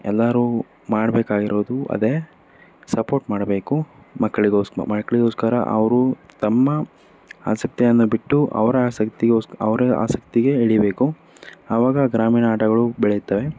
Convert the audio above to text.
ಎಲ್ಲರು ಮಾಡಬೇಕಾಗಿರೋದು ಅದೇ ಸಪೋರ್ಟ್ ಮಾಡಬೇಕು ಮಕ್ಳಿಗೋಸ್ ಮಕ್ಕಳಿಗೋಸ್ಕರ ಅವರು ತಮ್ಮ ಆಸಕ್ತಿಯನ್ನು ಬಿಟ್ಟು ಅವರ ಆಸಕ್ತಿಗೋಸ್ಕರ ಅವರ ಆಸಕ್ತಿಗೆ ಎಳಿಬೇಕು ಆವಾಗ ಗ್ರಾಮೀಣ ಆಟಗಳು ಬೆಳೆಯುತ್ತವೆ